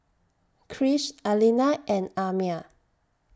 Krish Alina and Amiah